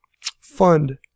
fund